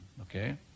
Okay